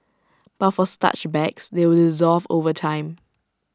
but for starch bags they will dissolve over time